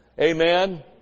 Amen